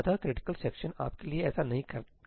अतः critical section आपके लिए ऐसा नहीं करता है